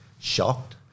shocked